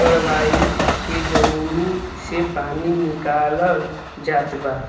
गड़वाई के जमीनी से पानी निकालल जात बा